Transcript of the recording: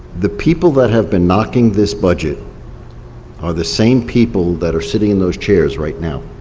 the people that have been knocking this budget are the same people that are sitting in those chairs right now.